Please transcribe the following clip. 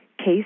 case